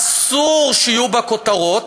אסור שיהיו בה כותרות,